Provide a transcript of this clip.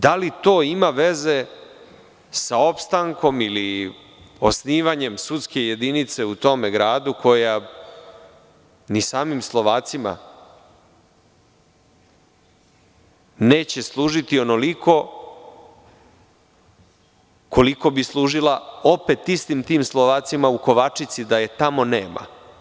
Da li to ima veze sa opstankom ili osnivanjem sudske jedinice u tom gradu, koja ni samim Slovacima neće služiti onoliko koliko bi služila, opet istim tim Slovacima u Kovačici, da je tamo nema?